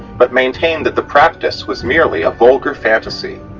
but maintain that the practice was merely a vulgar fantasy.